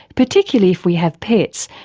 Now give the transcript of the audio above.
particularly if we have pets,